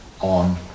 on